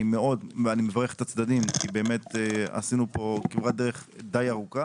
אני מברך את הצדדים כי באמת עשינו כאן כברת דרך די ארוכה